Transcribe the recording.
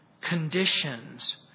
conditions